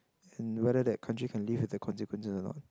and whether that country can live with the consequences or not